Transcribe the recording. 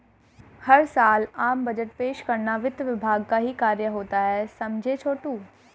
हर साल आम बजट पेश करना वित्त विभाग का ही कार्य होता है समझे छोटू